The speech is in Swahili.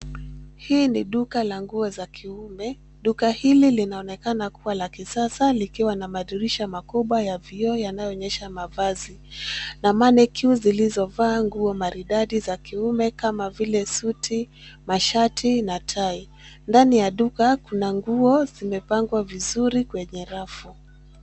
Hii ni duka la nguo za kiume. Duka hili linaonekana kuwa la kisasa likiwa na madirisha makubwa ya vioo yanayoonyesha mavazi, na mannequins zilizovaa nguo maridadi za kiume kama vile suti, mashati na tai. Ndani ya duka kuna nguo zimepangwa vizuri kwenye rafu.